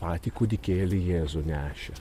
patį kūdikėlį jėzų nešė